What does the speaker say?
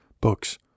books